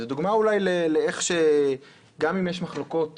וזו דוגמה אולי לכך שגם אם יש מחלוקות